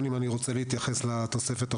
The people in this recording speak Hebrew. אם אני רוצה להתייחס לתוספת הרביעית?